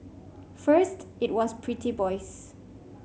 first it was pretty boys